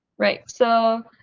right! so